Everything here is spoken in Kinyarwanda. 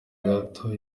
gato